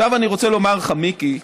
עכשיו אני רוצה לומר לך, מיקי: